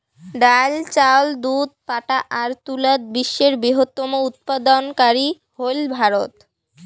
ডাইল, চাউল, দুধ, পাটা আর তুলাত বিশ্বের বৃহত্তম উৎপাদনকারী হইল ভারত